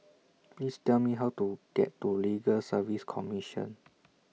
Please Tell Me How to get to Legal Service Commission